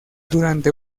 durante